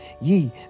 ye